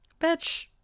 Bitch